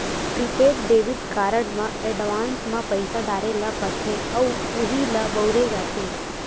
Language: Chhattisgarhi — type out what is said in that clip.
प्रिपेड डेबिट कारड म एडवांस म पइसा डारे ल परथे अउ उहीं ल बउरे जाथे